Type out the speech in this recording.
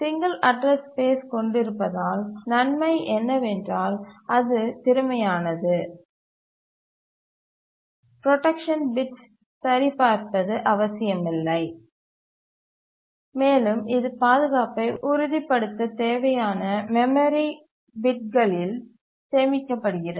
single address space கொண்டிருப்பதன் நன்மை என்ன வென்றால் அது திறமையானது புரோடக்சன் பிட்களை சரிபார்ப்பது அவசியமில்லை மேலும் இது பாதுகாப்பை உறுதிப்படுத்த தேவையான மெமரி பிட்களில் சேமிக்கப்படுகிறது